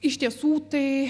iš tiesų tai